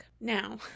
Now